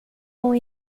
com